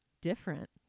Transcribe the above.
different